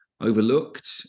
overlooked